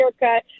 haircut